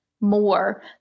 more